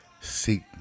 seek